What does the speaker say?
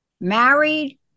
married